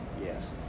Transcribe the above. Yes